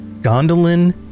Gondolin